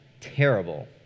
terrible